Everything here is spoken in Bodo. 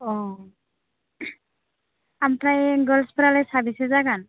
औ ओमफ्राय गोर्ल्सफ्रालाय साबैसे जागोन